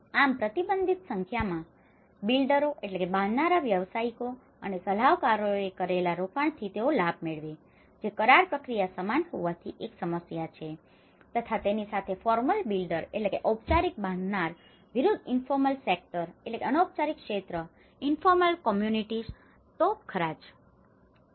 આમ પ્રતિબંધિત સંખ્યામાં બિલ્ડરો builder બાંધનાર વ્યાવસાયિકો અને સલાહકારોએ કરેલા રોકાણોથી તેઓ લાભ મેળવે છે જે કરાર પ્રક્રિયા સમાન હોવાથી તે એક સમસ્યા છે તથા તેની સાથે ફોર્મલ બિલ્ડર formal builder ઔપચારિક બાંધનાર વિરુદ્ધ ઇન્ફોર્મલ સેક્ટર informal sector અનૌપચારિક ક્ષેત્ર ઇન્ફોર્મલ કોમમુનિટીસ informal communities અનૌપચારિક સમુદાયો તો ખરાં જ